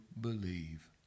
believe